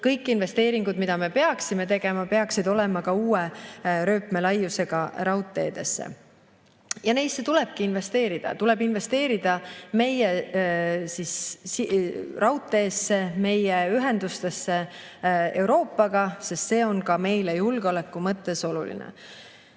kõik investeeringud, mida me peaksime tegema, peaksid olema ka uue rööpmelaiusega raudteedesse. Ja neisse tulebki investeerida, tuleb investeerida meie raudteesse, meie ühendustesse Euroopaga, sest see on ka meile julgeoleku mõttes oluline. Mille